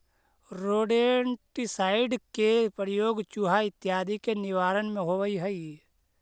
rodenticide के प्रयोग चुहा इत्यादि के निवारण में होवऽ हई